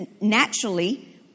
naturally